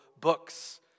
books